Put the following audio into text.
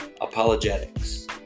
Apologetics